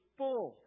full